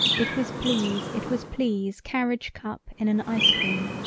it was please it was please carriage cup in an ice-cream,